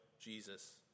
Jesus